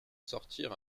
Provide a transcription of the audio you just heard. sortir